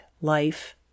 life